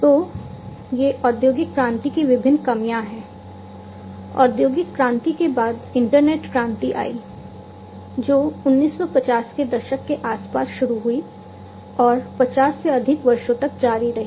तो ये औद्योगिक क्रांति की विभिन्न कमियां हैं औद्योगिक क्रांति के बाद इंटरनेट क्रांति आई जो 1950 के दशक के आसपास शुरू हुई और 50 से अधिक वर्षों तक जारी रही